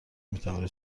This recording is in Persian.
میتوانید